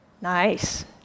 nice